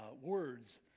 words